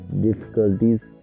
difficulties